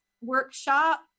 workshop